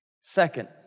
Second